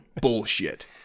bullshit